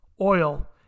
oil